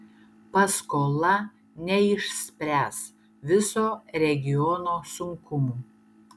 paskola neišspręs viso regiono sunkumų